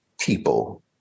people